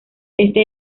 este